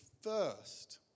first